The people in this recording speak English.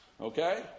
Okay